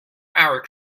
our